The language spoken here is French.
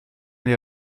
les